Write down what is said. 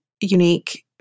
unique